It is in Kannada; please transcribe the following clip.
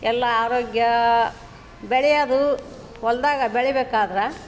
ಎಲ್ಲ ಆರೋಗ್ಯ ಬೆಳೆಯೋದು ಹೊಲದಾಗ ಬೆಳಿಬೇಕಾದ್ರೆ